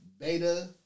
Beta